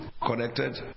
connected